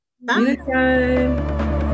Bye